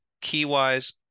key-wise